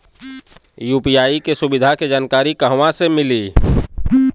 UPI के सुविधा के जानकारी कहवा से मिली?